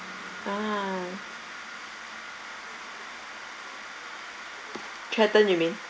ah threaten you mean